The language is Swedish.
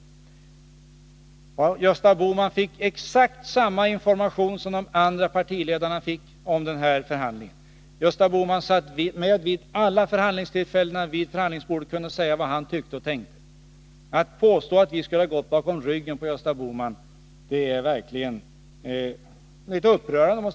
Gösta Bohman fick exakt samma information som de andra partiledarna om förhandlingen. Gösta Bohman satt med vid förhandlingsbordet vid alla förhandlingstillfällena och kunde säga vad han tyckte och tänkte. Hans påstående att vi skulle ha gått bakom ryggen på honom är verkligen upprörande.